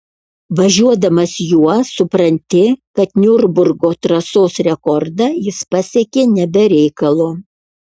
važiuodamas juo supranti kad niurburgo trasos rekordą jis pasiekė ne be reikalo